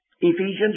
Ephesians